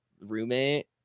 roommate